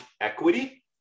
equity